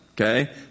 okay